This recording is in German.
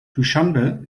duschanbe